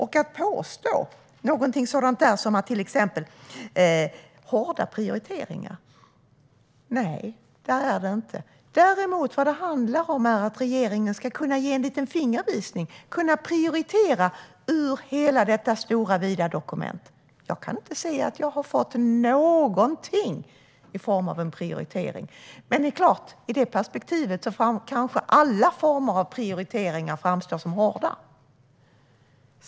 Ni påstår någonting sådant som till exempel att det är hårda prioriteringar. Nej, det är det inte. Vad det handlar om är att regeringen ska kunna ge en liten fingervisning och kunna prioritera ur hela detta stora vida dokument. Jag kan inte se att jag har fått någonting i form av en prioritering. Men det är klart att i det perspektivet kanske alla former av prioriteringar framstår som hårda.